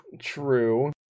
True